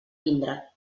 vindre